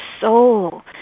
soul